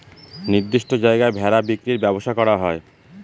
নির্দিষ্ট জায়গায় ভেড়া বিক্রির ব্যবসা করা হয়